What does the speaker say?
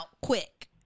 Quick